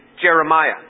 Jeremiah